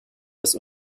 das